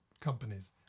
companies